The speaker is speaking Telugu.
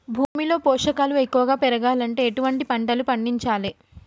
భూమిలో పోషకాలు ఎక్కువగా పెరగాలంటే ఎటువంటి పంటలు పండించాలే?